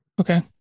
Okay